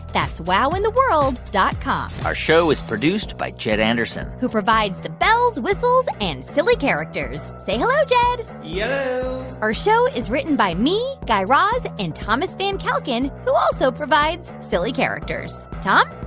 that's wowintheworld dot com our show is produced by jed anderson who provides the bells, whistles and silly characters. say hello, jed yello yeah our show is written by me, guy raz and thomas van kalken, who also provides silly characters. tom?